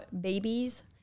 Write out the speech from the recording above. babies